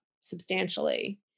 substantially